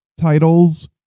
titles